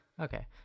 Okay